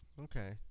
okay